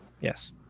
Yes